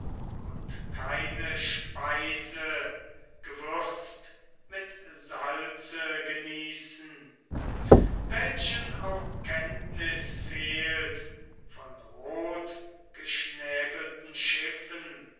und keine speise gewürzt mit salze genießen welchen auch kenntnis fehlt von rotgeschnäbelten schiffen